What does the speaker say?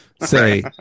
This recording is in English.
Say